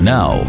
Now